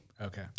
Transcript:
Okay